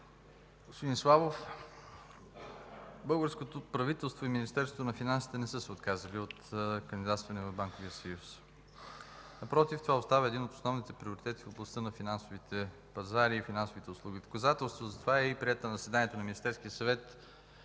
Славов, българското правителство и Министерството на финансите не са се отказали от кандидатстване в Банковия съюз. Напротив, това остава един от основните приоритети в областта на финансовите пазари и финансовите услуги. Доказателство за това е и приетата на заседание на Министерския съвет